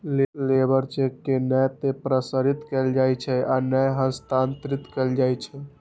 labour cheque के नै ते प्रसारित कैल जाइ छै आ नै हस्तांतरित कैल जाइ छै